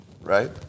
right